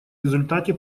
результате